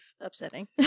upsetting